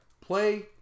play